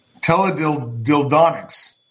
teledildonics